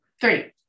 Three